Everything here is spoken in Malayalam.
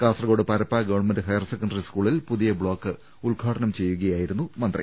കാസർകോട് പരപ്പ ഗവ ഹയർസെക്കണ്ടറി സ്കൂളിൽ പുതിയ ബ്ലോക്ക് ഉദ്ഘാടനം ചെയ്യുകയായി രുന്നു മന്ത്രി